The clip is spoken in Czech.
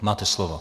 Máte slovo.